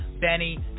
Benny